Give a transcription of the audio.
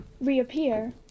Reappear